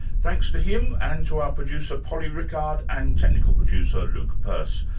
thanks to him and to our producer, polly rickard, and technical producer, luke purse.